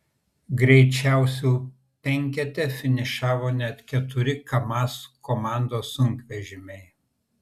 greičiausių penkete finišavo net keturi kamaz komandos sunkvežimiai